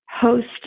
host